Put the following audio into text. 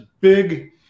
big